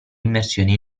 immersione